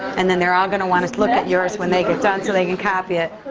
and then they're all gonna want to look at yours when they get done so they can copy it.